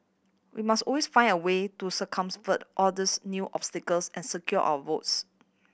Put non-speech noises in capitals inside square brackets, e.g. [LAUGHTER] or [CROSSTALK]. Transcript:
we must owns find a way to [UNINTELLIGIBLE] all these new obstacles and secure our votes